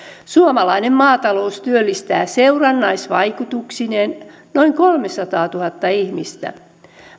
suomalainen maatalous työllistää seurannaisvaikutuksineen noin kolmesataatuhatta ihmistä